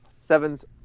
sevens